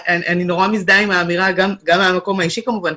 אני נורא מזדהה עם האמירה גם מהמקום האישי כמובן,